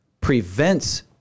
prevents